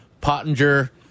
Pottinger